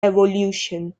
evolution